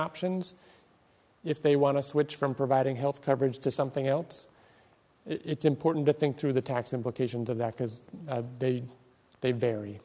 options if they want to switch from providing health coverage to something else it's important to think through the tax implications of that because they they